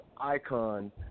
icon